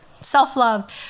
self-love